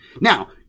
Now